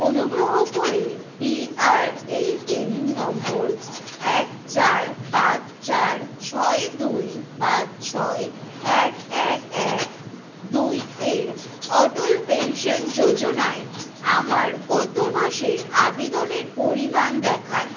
অনুগ্রহ করে PRAN number এক চার পাঁচ চার ছয় দুই পাঁচ ছয় এক এক এক দুই এর অটল পেনশন যোজনায় আমার গত মাসের আবেদনের পরিমাণ দেখান